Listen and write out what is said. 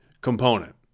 component